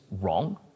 wrong